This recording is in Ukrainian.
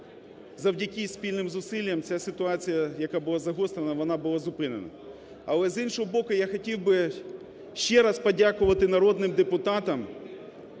завдяки спільним зусиллям ця ситуація, яка була загострена, вона була зупинена. Але, з іншого боку, я хотів би ще раз подякувати народним депутатам